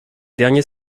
derniers